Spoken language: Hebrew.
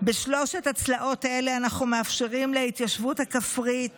בשלוש הצלעות האלה אנחנו מאפשרים להתיישבות הכפרית